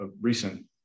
recent